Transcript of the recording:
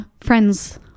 friends